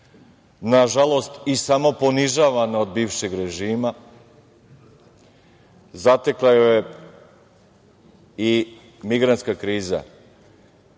godina. Nažalost, i samoponižavana od bivšeg režima, zatekla ju je i migrantska kriza.